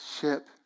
ship